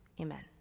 Amen